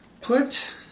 put